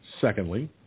Secondly